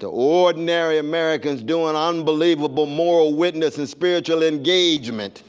to ordinary americans doing unbelievable moral witnesses, spiritual engagement,